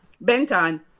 Benton